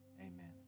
Amen